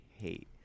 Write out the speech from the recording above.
hate